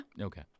Okay